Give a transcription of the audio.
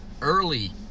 early